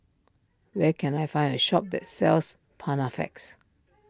where can I find a shop that sells Panaflex